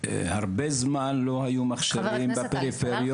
הרבה זמן לא היו מכשירים בפריפריות,